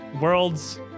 world's